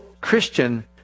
Christian